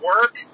work